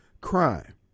crime